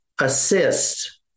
assist